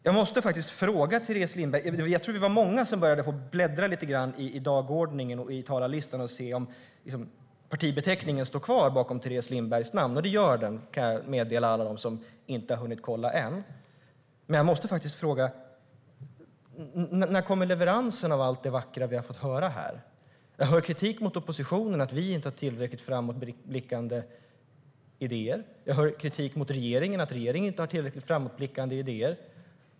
Jag tror att vi var många som började bläddra i dagordningen och talarlistan för att se om partibeteckningen stod kvar bakom Teres Lindbergs namn. Det gör den, kan jag meddela alla dem som inte hunnit kolla än. Jag måste faktiskt fråga Teres Lindberg: När kommer leveransen av allt det vackra vi har fått höra här? Jag hör kritik mot oppositionen för att vi inte har tillräckligt framåtblickande idéer. Jag hör kritik mot regeringen för att den inte har tillräckligt framåtblickande idéer.